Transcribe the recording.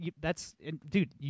that's—dude